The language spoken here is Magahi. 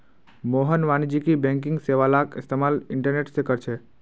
मोहन वाणिज्यिक बैंकिंग सेवालाक इस्तेमाल इंटरनेट से करछे